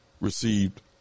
received